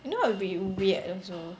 if not it'll be like weird also